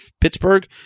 Pittsburgh